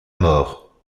mort